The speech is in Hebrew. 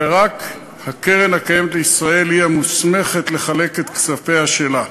ורק קרן קיימת לישראל היא המוסמכת לחלק את כספיה שלה.